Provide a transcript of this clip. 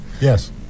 Yes